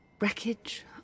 Wreckage